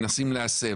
מנסים להסב,